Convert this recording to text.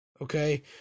okay